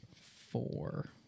Four